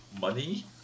money